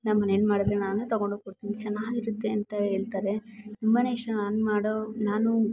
ನಮ್ಮನೆಯಲ್ಲಿ ಮಾಡಿದ್ರೆ ನಾನೇ ತೊಗೊಂಡೋಗಿ ಕೊಡ್ತೀನಿ ಚೆನ್ನಾಗಿರುತ್ತೆ ಅಂತ ಹೇಳ್ತಾರೆ ತುಂಬಾ ಇಷ್ಟ ನಾನು ಮಾಡೋ ನಾನು